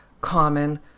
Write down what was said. common